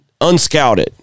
unscouted